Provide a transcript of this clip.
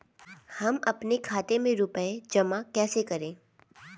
हम अपने खाते में रुपए जमा कैसे करें?